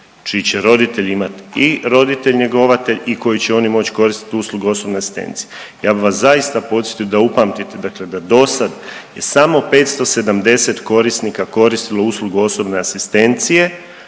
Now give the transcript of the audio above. čiji će roditelji imati i roditelj njegovatelj i koji će oni moći koristiti uslugu osobne asistencije. Ja bih vas zaista podsjetio da upamtite dakle da dosad je samo 570 korisnika koristilo uslugu osobne asistencije,